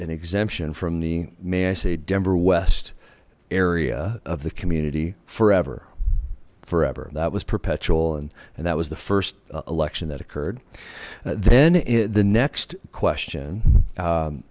an exemption from the may i say denver west area of the community forever forever that was perpetual and and that was the first election that occurred then the next question